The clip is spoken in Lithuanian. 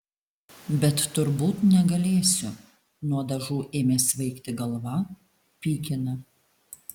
bet turbūt negalėsiu nuo dažų ėmė svaigti galva pykina